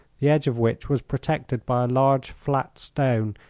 the edge of which was protected by a large flat stone,